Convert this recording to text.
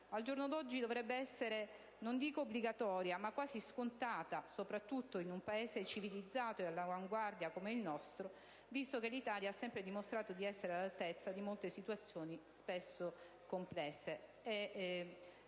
Al giorno d'oggi dovrebbe essere, non dico obbligatoria, ma quasi scontata, soprattutto in un Paese civilizzato e all'avanguardia come il nostro, visto che l'Italia ha sempre dimostrato di essere all'altezza di molte situazioni spesso complesse.